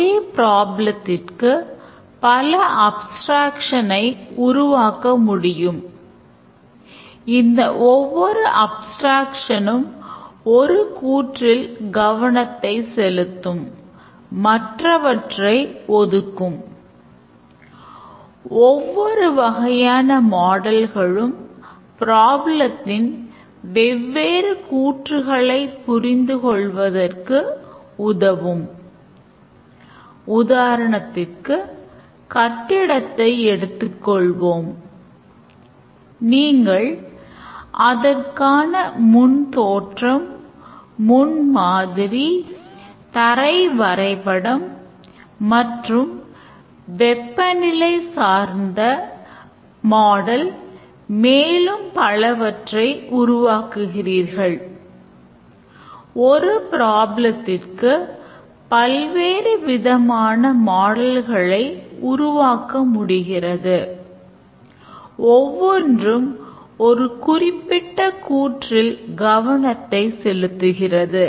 ஒரே ப்ராப்ளத்திற்கு உருவாக்க முடிகிறது ஒவ்வொன்றும் ஒரு குறிப்பிட்ட கூற்றில் கவனத்தைச் செலுத்துகிறது